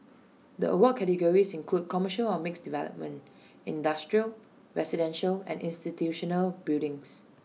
the award categories include commercial or mixed development industrial residential and institutional buildings